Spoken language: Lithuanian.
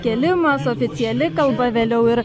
kėlimas oficiali kalba vėliau ir